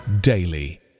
daily